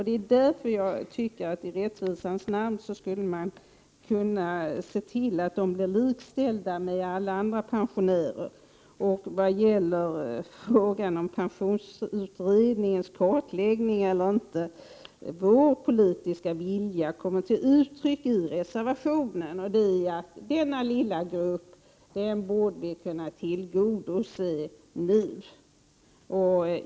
Det är därför jag tycker att man i rättvisans namn skulle kunna se till att de blev likställda med alla andra pensionärer. Vad gäller frågan om pensionsutredningens kartläggning eller inte konstaterar jag att vår politiska vilja kommer till uttryck i reservationen: denna lilla grupp borde kunna tillgodoses nu.